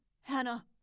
Hannah